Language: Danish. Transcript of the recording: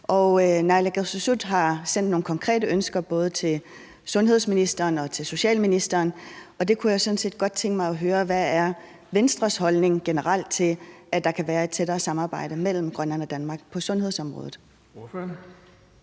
Naalakkersuisut har sendt nogle konkrete ønsker både til sundhedsministeren og socialministeren, og der kunne jeg sådan set godt tænke mig at høre, hvad Venstres holdning generelt er til, at der kan være et tættere samarbejde mellem Grønland og Danmark på sundhedsområdet.